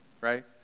right